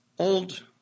old